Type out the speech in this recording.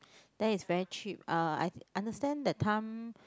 then it's very cheap uh I understand that time